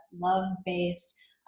love-based